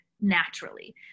naturally